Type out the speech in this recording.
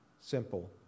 simple